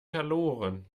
verloren